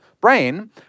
brain